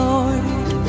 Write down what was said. Lord